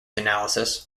analysis